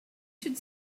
should